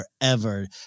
forever